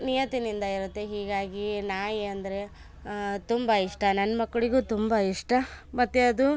ನಿಯತ್ತಿನಿಂದ ಇರುತ್ತೆ ಹೀಗಾಗಿ ನಾಯಿ ಅಂದರೆ ತುಂಬ ಇಷ್ಟ ನನ್ನ ಮಕ್ಳಿಗು ತುಂಬ ಇಷ್ಟ ಮತ್ತೆ ಅದು